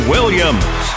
Williams